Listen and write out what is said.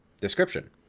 Description